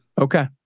Okay